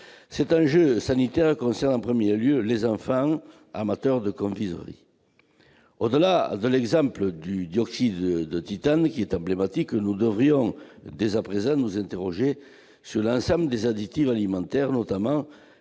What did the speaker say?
L'enjeu sanitaire concerne en premier lieu les enfants, amateurs de confiseries. Au-delà de l'exemple du dioxyde de titane, qui est emblématique, nous devrions dès à présent nous interroger sur l'ensemble des additifs alimentaires, notamment